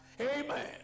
Amen